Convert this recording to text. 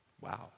Wow